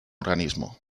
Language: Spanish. organismo